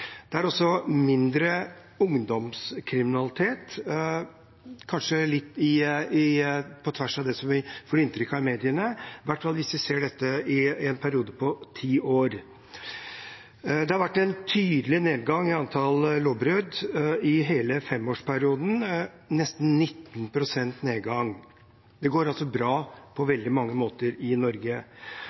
Det er også mindre ungdomskriminalitet, kanskje litt på tvers av det som vi får inntrykk av i mediene, i hvert fall hvis vi ser dette i en periode på ti år. Det har vært en tydelig nedgang i antall lovbrudd i hele femårsperioden, nesten 19 pst. nedgang. Det går altså bra på veldig mange måter i Norge.